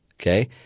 Okay